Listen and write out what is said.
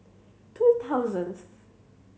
two thousandth